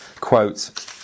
Quote